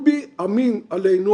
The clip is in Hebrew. טובי אמין עלינו,